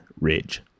Ridge